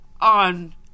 on